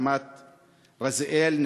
רמת-רזיאל,